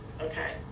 Okay